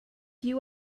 you